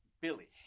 billy